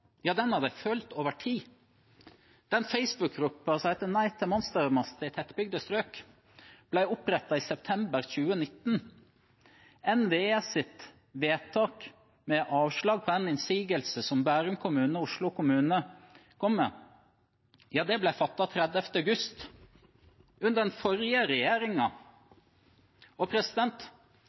den har de følt over tid. Den Facebook-gruppa som heter «Nei til monstermaster i tettbygde strøk!», ble opprettet i september 2020. NVEs vedtak med avslag på en innsigelse som Bærum kommune og Oslo kommune kom med, ble fattet 30. august, under den forrige